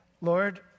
Lord